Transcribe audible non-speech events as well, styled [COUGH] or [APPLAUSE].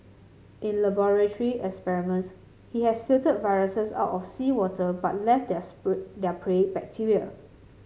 in laboratory experiments he has filtered viruses out of seawater but left their [UNINTELLIGIBLE] their prey bacteria